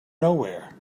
nowhere